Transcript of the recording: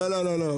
לא, לא.